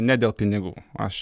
ne dėl pinigų aš